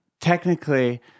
Technically